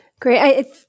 Great